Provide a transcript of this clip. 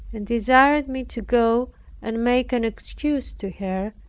and desired me to go and make an excuse to her,